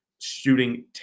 shooting